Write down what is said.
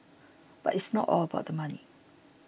but it's not all about the money